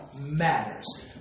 matters